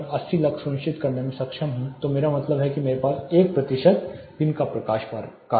अगर मैं 80 लक्स सुनिश्चित करने में सक्षम हूं तो मेरा मतलब है कि मेरे पास 1 प्रतिशत दिन का प्रकाश कारक है